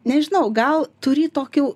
nežinau gal turi tokių